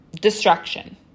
destruction